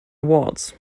awards